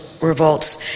revolts